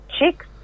chicks